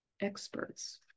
experts